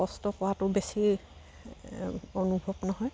কষ্ট কৰাটো বেছি অনুভৱ নহয়